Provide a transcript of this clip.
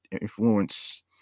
influence